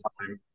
time